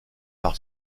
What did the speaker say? par